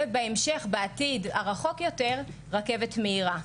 ובהמשך, בעתיד הרחוק יותר, רכבת מהירה.